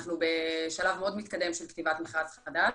אנחנו בשלב מאוד מתקדם של כתיבת מכרז חדש.